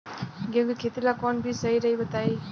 गेहूं के खेती ला कोवन बीज सही रही बताई?